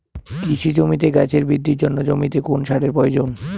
কৃষি জমিতে গাছের বৃদ্ধির জন্য জমিতে কোন সারের প্রয়োজন?